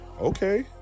Okay